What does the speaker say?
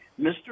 Mr